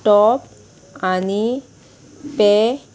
टोप आनी पे